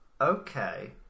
Okay